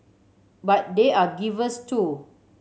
but they are givers too